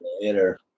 later